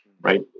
right